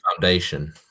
foundation